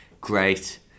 great